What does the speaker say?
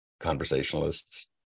conversationalists